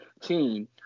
team